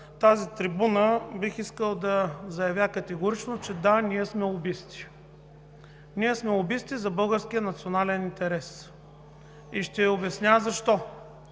тази трибуна бих искал да заявя категорично, че: да, ние сме лобисти. Ние сме лобисти за българския национален интерес. Ще обясня защо.